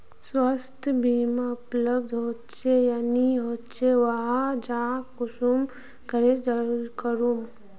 स्वास्थ्य बीमा उपलब्ध होचे या नी होचे वहार जाँच कुंसम करे करूम?